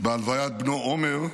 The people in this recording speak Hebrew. בהלוויית בנו הוא עומר,